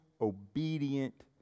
obedient